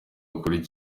ukuri